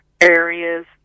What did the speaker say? areas